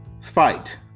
fight